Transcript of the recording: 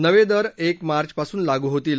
नवे दर एक मार्चपासून लागू होतील